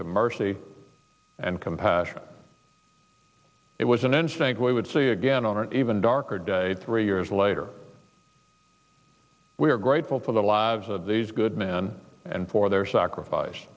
to mercy and compassion it was an inch think we would see again on an even darker day three years later we are grateful for the lab's of these good man and for their sacrifice